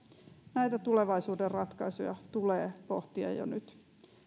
näitä tulevaisuuden ratkaisuja tulee pohtia jo nyt